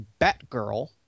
Batgirl